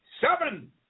Seven